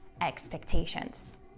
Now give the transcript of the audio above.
expectations